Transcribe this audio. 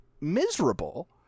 miserable